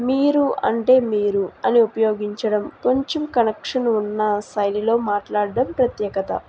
మీరు అంటే మీరు అని ఉపయోగించడం కొంచెం కనెక్షన్ ఉన్న శైలిలో మాట్లాడడం ప్రత్యేకత